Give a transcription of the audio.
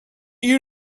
you